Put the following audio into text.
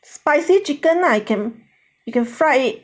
spicy chicken lah I can you can fry it